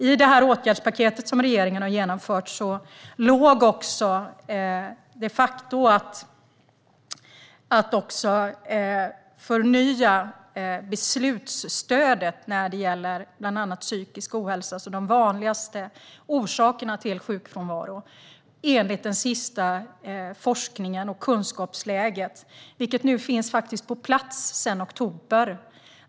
I regeringens åtgärdspaket ingick också att förnya beslutsstödet för bland annat psykisk ohälsa, en av de vanligaste orsakerna till sjukfrånvaro, i enlighet med senaste forskning och kunskapsläge. Detta finns på plats sedan oktober.